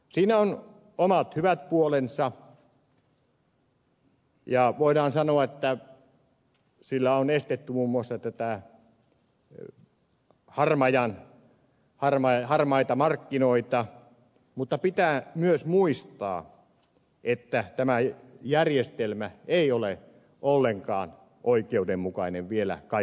siinä on omat hyvät puolensa ja voidaan sanoa että sillä on estetty muun muassa harmaita markkinoita mutta pitää myös muistaa että tämä järjestelmä ei ole ollenkaan oikeudenmukainen vielä kaikilta osin